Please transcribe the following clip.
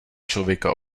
člověka